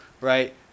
right